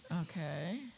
Okay